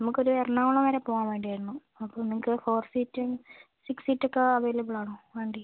നമുക്ക് ഒരു എറണാകുളം വരെ പോവാൻ വേണ്ടിയായിരുന്നു അപ്പോൾ നമുക്ക് ഫോർ സീറ്റും സിക്സ് സീറ്റ് ഒക്കെ അവൈലബിൾ ആണോ വണ്ടി